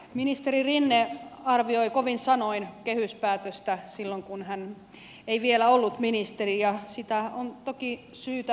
ministeri rinne arvioi kovin sanoin kehyspäätöstä silloin kun hän ei vielä ollut ministeri ja sitä on toki syytä monilta osin arvioidakin